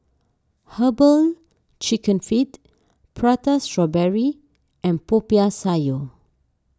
Herbal Chicken Feet Prata Strawberry and Popiah Sayur